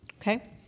Okay